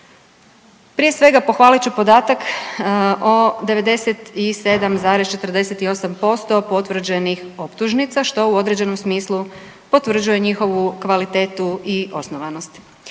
Prije svega pohvalit ću podatak o 97,48% potvrđenih optužnica što u određenom smislu potvrđuje njihovu kvalitetu i osnovanost.